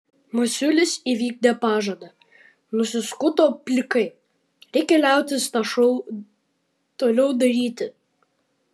masiulis įvykdė pažadą nusiskuto plikai reikia liautis tą šou toliau daryti